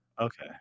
Okay